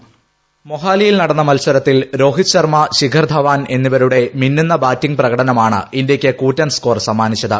voice മൊഹാലിയിൽ നടന്ന മത്സരത്തിൽ രോഹിത് ശർമ്മ ശിഖർ ധവാൻ എന്നിവരുടെ മിന്നുന്ന ബാറ്റിംഗ് പ്രകടനമാണ് ഇന്തൃയ്ക്ക് കൂറ്റൻ സ്കോർ സമ്മാനിച്ചത്